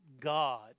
God